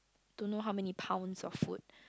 don't know how many pounds of word